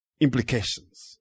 implications